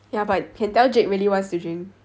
ya but can tell jake really wants to drink